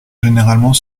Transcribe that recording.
généralement